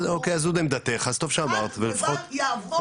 בסדר, אז זאת עמדתך, אז טוב שאמרת בל יעבור.